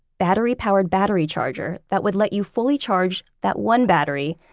battery powered battery charger, that would let you fully charge that one battery,